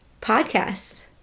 podcast